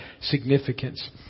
significance